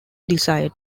desired